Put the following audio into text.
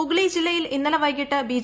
ഹൂഗ്ലി ജില്ലയിൽ ഇന്നലെ വൈകിട്ട് ബി